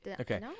Okay